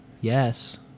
Yes